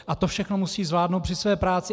A to všechno musí zvládnout při své práci.